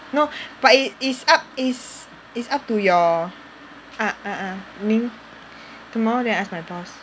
no but it is it's it's up to your ah ah ah 明 tomorrow then I ask my boss